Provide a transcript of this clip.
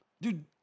dude